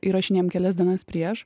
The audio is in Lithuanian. įrašinėjam kelias dienas prieš